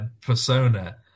persona